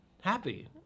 happy